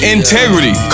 Integrity